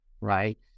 right